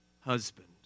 husband